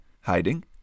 Hiding